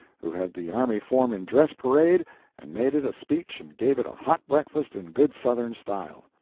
who had the army form in dress parade and made it a speech and gave it a hot breakfast in good southern style.